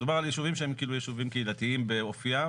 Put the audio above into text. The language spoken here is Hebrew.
מדובר על יישובים שהם כאילו יישובים קהילתיים באופיים.